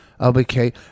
Okay